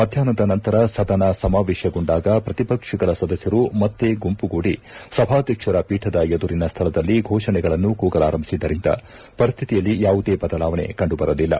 ಮಧ್ಯಾಪ್ನದ ನಂತರ ಸದನ ಸಮಾವೇಶಗೊಂಡಾಗ ಪ್ರತಿಪಕ್ಷಗಳ ಸದಸ್ಕರು ಮತ್ತೆ ಗುಂಪುಗೂಡಿ ಸಭಾಧ್ಯಕ್ಷರ ಪೀಠದ ಎದುರಿನ ಸ್ಥಳದಲ್ಲಿ ಘೋಷಣೆಗಳನ್ನು ಕೂಗಲಾರಂಭಿಸಿದ್ದರಿಂದ ಪರಿಸ್ಥಿತಿಯಲ್ಲಿ ಯಾವುದೇ ಬದಲಾವಣೆ ಕಂಡುಬರಲಿಲ್ಲ